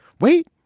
Wait